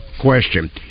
question